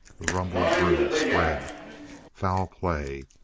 the rumble grew, spread foul play.